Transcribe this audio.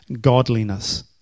godliness